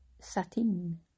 satin